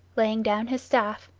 laying down his staff,